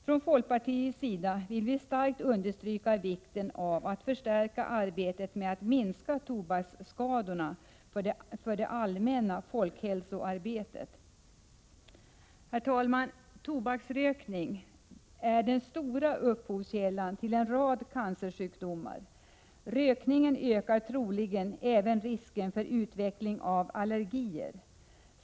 Från folkpartiets sida vill vi starkt understryka vikten av att man i det allmänna folkhälsoarbetet ökar ansträngningarna att minska tobaksskadorna. Tobaksrökning är den stora anledningen till en rad cancersjukdomar. Rökningen ökar troligen även risken för utveckling av allergier.